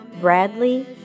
Bradley